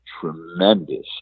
tremendous